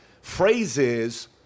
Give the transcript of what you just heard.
phrases